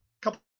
couple